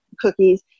cookies